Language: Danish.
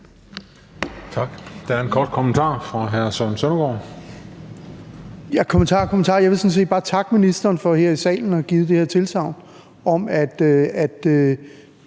Tak.